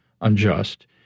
unjust